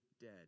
dead